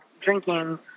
drinking